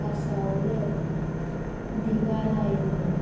Cansaulim Divar island